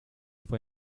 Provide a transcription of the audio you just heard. fue